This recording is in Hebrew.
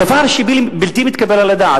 דבר שהוא בלתי מתקבל על הדעת,